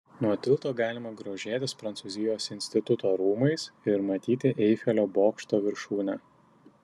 nuo tilto galima grožėtis prancūzijos instituto rūmais ir matyti eifelio bokšto viršūnę